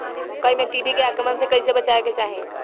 मकई मे टिड्डी के आक्रमण से कइसे बचावे के चाही?